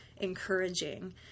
encouraging